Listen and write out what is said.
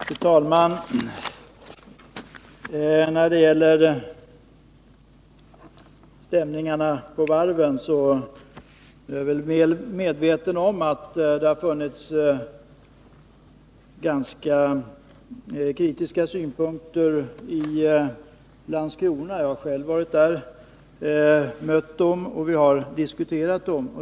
Fru talman! När det gäller stämningarna på varven är jag väl medveten om att det har funnits ganska kritiska synpunkter i Landskrona. Jag har själv varit där och mött dem — och vi har diskuterat dem.